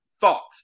thoughts